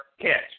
catch